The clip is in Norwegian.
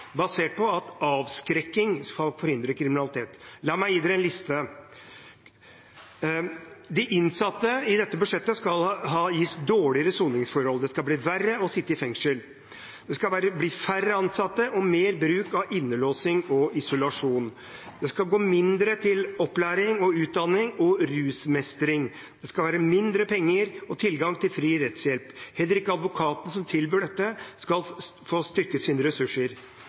basert på at avskrekking skal forhindre kriminalitet. La meg gi dere en liste: De innsatte skal med dette budsjettet gis dårligere soningsforhold, og det skal bli verre å sitte i fengsel. Det skal bli færre ansatte og mer bruk av innlåsing og isolasjon. Det skal bli mindre penger til opplæring og utdanning og rusmestring. Det skal bli mindre penger og mindre tilgang til fri rettshjelp. Heller ikke advokatene som tilbyr dette, skal få styrket sine ressurser.